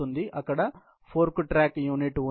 అక్కడ fork track unit ఉంది